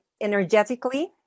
energetically